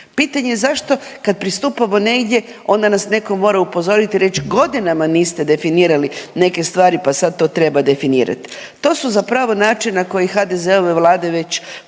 Pitanje je zašto kad pristupamo negdje onda nas netko mora upozoriti i reć godinama niste definirali neke stvari pa sad to treba definirati. To su zapravo način na koji HDZ-ove vlade već